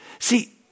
See